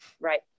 Right